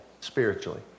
spiritually